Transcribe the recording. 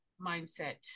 mindset